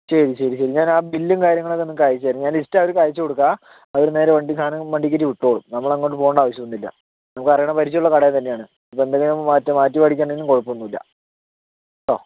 ശരി ശരി ശരി ഞാൻ ആ ബില്ലും കാര്യങ്ങളൊക്കെ നിങ്ങൾക്ക് അയച്ചുതരാം ഞാൻ ലിസ്റ്റ് അവർക്ക് അയച്ചു കൊടുക്കാം അവരു നേരെ വണ്ടി സാധനം വണ്ടിയിൽ കയറ്റി വിട്ടോളും നമ്മളങ്ങോട്ട് പോകേണ്ട ആവശ്യമൊന്നുമില്ല നമുക്ക് അറിയണ പരിചയമുള്ള കടയിൽ തന്നെയാണ് ഇപ്പോൾ എന്തെങ്കിലും മാറ്റം മാറ്റി മേടിക്കേണ്ടിയൊന്നും കുഴപ്പമൊന്നുമില്ല കേട്ടോ